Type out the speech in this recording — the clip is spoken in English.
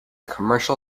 commercial